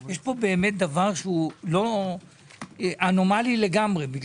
יש פה דבר שהוא אנומלי לגמרי כי